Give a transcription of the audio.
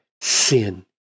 sin